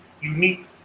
unique